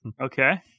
Okay